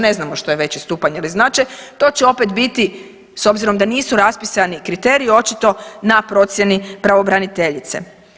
Ne znamo što je veći stupanj ili značaj to će opet biti s obzirom da nisu raspisani kriteriji očito na procijeni pravobraniteljice.